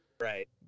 right